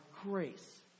grace